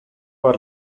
war